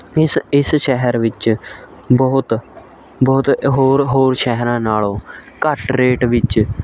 ਇਸ ਇਸ ਸ਼ਹਿਰ ਵਿੱਚ ਬਹੁਤ ਬਹੁਤ ਹੋਰ ਹੋਰ ਸ਼ਹਿਰਾਂ ਨਾਲੋਂ ਘੱਟ ਰੇਟ ਵਿੱਚ